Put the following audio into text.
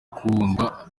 kundwa